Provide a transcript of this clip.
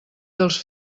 dels